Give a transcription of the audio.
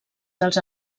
dels